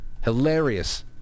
Hilarious